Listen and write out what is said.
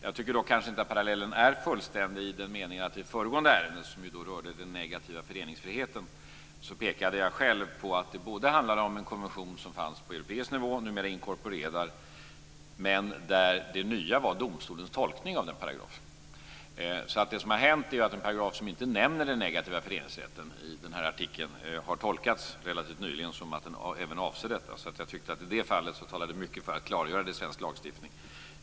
Jag tycker dock inte att parallellen är fullständig, i den meningen att jag själv i det föregående ärendet, som gällde den negativa föreningsfriheten, pekade på att det handlar om en konvention på europeisk nivå som numera är inkorporerad och att det nya var domstolens tolkning av paragrafen i fråga. Det som har hänt är alltså att en artikel där den negativa föreningsrätten inte nämns relativt nyligen har tolkats som att den även avser denna. Jag tyckte alltså att mycket i detta fall talade för att klargöra detta i svensk lagstiftning.